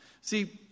See